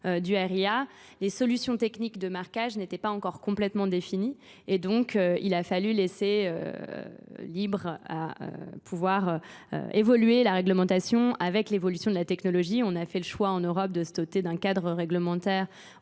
du RIA, les solutions techniques de marquage n'étaient pas encore complètement définies et donc il a fallu laisser libre à pouvoir évoluer la réglementation avec l'évolution de la technologie. On a fait le choix en Europe de se doter d'un cadre réglementaire